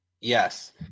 yes